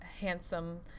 handsome